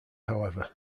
however